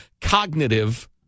cognitive